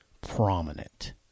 prominent